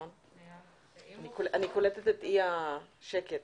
אני קולטת את אי השקט.